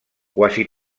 quasi